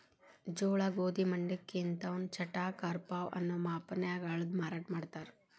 ಜೋಳ, ಗೋಧಿ, ಮಂಡಕ್ಕಿ ಇಂತವನ್ನ ಚಟಾಕ, ಆರಪೌ ಅನ್ನೋ ಮಾಪನ್ಯಾಗ ಅಳದು ಮಾರಾಟ ಮಾಡ್ತಾರ